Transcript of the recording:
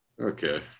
Okay